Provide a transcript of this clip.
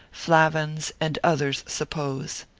flavins, and others suppose.